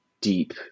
deep